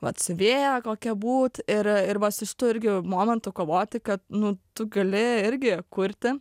vat siuvėja kokia būt ir ir va su šitu irgi momentu kovoti kad nu tu gali irgi kurti